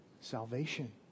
Salvation